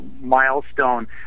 milestone